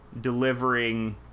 delivering